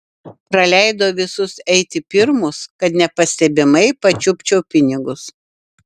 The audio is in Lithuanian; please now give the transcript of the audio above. praleidau visus eiti pirmus kad nepastebimai pačiupčiau pinigus